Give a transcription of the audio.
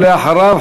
ואחריו,